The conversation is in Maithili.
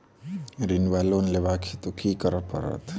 ऋण वा लोन लेबाक हेतु की करऽ पड़त?